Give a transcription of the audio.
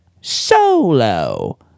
Solo